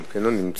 גם כן לא נמצאת.